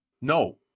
No